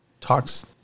Talks